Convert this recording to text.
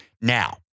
Now